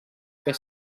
fer